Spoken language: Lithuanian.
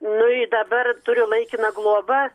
nu ir dabar turiu laikiną globą